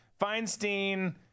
Feinstein